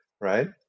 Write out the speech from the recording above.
right